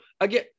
again